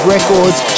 Records